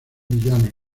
villanos